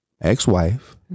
ex-wife